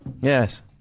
Yes